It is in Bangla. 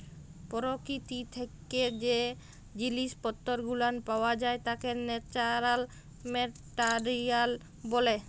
পরকীতি থাইকে জ্যে জিনিস পত্তর গুলান পাওয়া যাই ত্যাকে ন্যাচারাল মেটারিয়াল ব্যলে